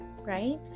right